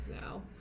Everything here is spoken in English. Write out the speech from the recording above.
now